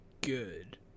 good